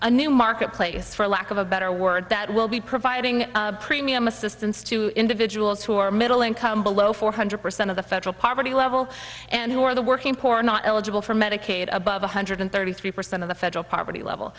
a new marketplace for lack of a better word that will be providing premium assistance to individuals who are middle income below four hundred percent of the federal poverty level and who are the working poor are not eligible for medicaid above one hundred thirty three percent of the federal poverty level